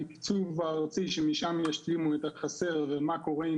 התקצוב הערוצי שמשם הם ישלימו את החסר ומה קורה עם